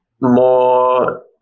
more